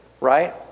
right